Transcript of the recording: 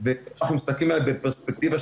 אנחנו מסתכלים על זה בפרספקטיבה,